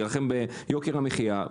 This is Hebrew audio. ביוקר המחייה,